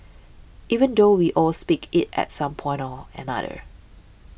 even though we all speak it at some point or another